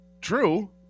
True